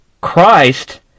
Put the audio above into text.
Christ